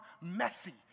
messy